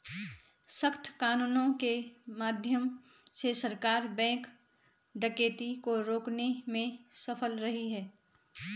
सख्त कानूनों के माध्यम से सरकार बैंक डकैती को रोकने में सफल रही है